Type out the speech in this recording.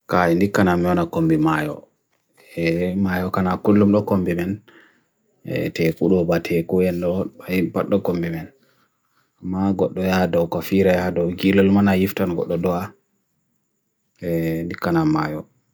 kaa indi kana meona kumbi mayo ee, mayo kana akulum do kumbi men ee, teku do ba teku en do, pa impad do kumbi men ma god do ya ado, kofi reya ado, gila luman ayif tan god do doa ee, di kana mayo